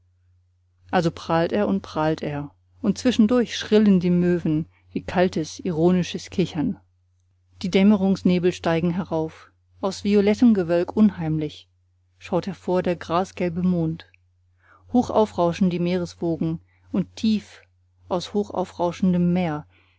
also prahlt er und prahlt er und zwischendrein schrillen die möwen wie kaltes ironisches kichern die dämmerungsnebel steigen herauf aus violettem gewölk unheimlich schaut hervor der grasgelbe mond hochaufrauschen die meereswogen und tief aus hochaufrauschendem meer